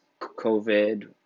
COVID